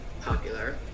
popular